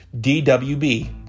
DWB